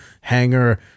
hanger